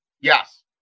Yes